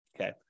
Okay